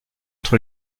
entre